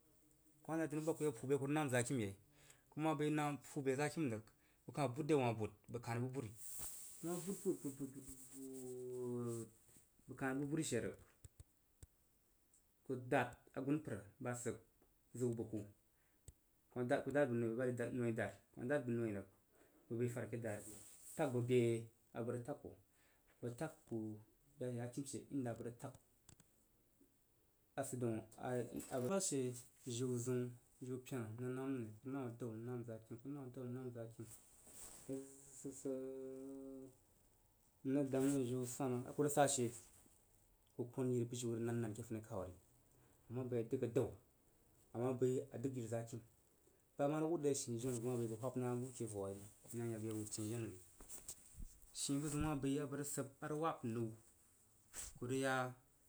Ku ma nad adəni bu ba hub ku ye puu be a kurəg nam zakim yei kuma bəi nam puu be zakim rəg ku kah bud re wah bud bəg kani bu buri ku ma bud bud bud bud bəg kani bu buri she rəg ku dad agun pərba sid ziw bəg ku ku dad kuda bəg noi bəg wuin noi dadri kuma dad bəg noi rəg bəg bəi fad ake dad ku tag bəg be abəg tag ko bəg tag ku be zakim she a sid dong jin zəun jiu pena ku rəg nam noi anəu rəg təu bə rəg nam zakim anəu rəg təu bə rəg nam zakim har swojid sid sid n rəg dong wui jin swana a ku rəg sa she ku bən yiri bu rə nannan ke funikauri ama bəi a rəg dəg adao, ama bəi arəg dəg yiri zakim ba ma rəg wud re shin jenu bəg ma bəi bəg whah na bu re funikau'ari n ma ya bəg ye wud shin jenu ri shin bəzəun ma bəi abəg rəg gəb a rəg wab ləu jibə ku rəg ya.